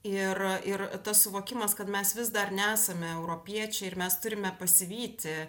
ir ir tas suvokimas kad mes vis dar nesame europiečiai ir mes turime pasivyti